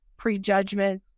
prejudgments